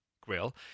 grill